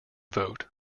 vote